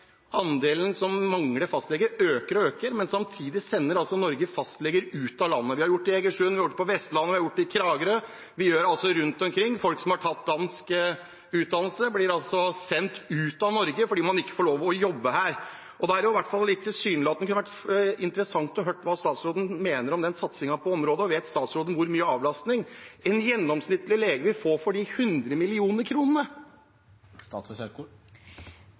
andelen som mangler fastlege, øker og øker, men samtidig sender Norge fastleger ut av landet. Vi har gjort det i Egersund, vi har gjort det på Vestlandet, vi har gjort det i Kragerø. Vi gjør det altså rundt omkring. Folk som har tatt dansk utdannelse, blir altså sendt ut av Norge fordi man ikke får lov til å jobbe her. Da kunne det vært interessant å høre hva statsråden mener om den satsingen på området, og vet statsråden hvor mye avlastning en gjennomsnittlig lege får for de hundre millioner kronene?